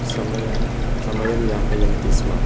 समयन् समयम् यापयन्ति स्म